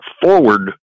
forward